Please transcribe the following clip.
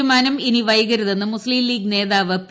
തീരുമാനം ഇനി വൈകരുതെന്ന് മുസ്തീംലീഗ് നേതാവ് പി